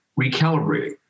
recalibrating